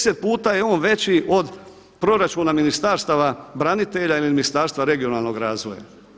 10 puta je on veći od proračuna Ministarstva branitelja, ili Ministarstva regionalnog razvoja.